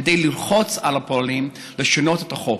כדי ללחוץ על הפולנים לשנות את החוק.